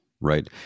right